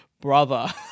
brother